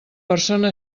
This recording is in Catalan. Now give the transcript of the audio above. persona